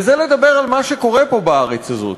וזה לדבר על מה שקורה פה בארץ הזאת.